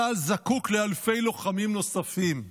צה"ל זקוק לאלפי לוחמים נוספים.